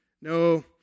No